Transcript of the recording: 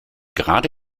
gerade